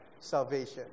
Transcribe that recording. salvation